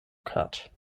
cut